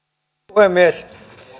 puhemies